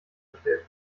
erstellt